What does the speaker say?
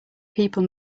people